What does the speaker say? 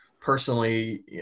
personally